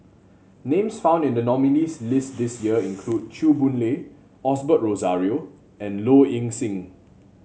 names found in the nominees' list this year include Chew Boon Lay Osbert Rozario and Low Ing Sing